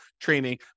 training